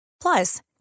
Plus